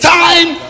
time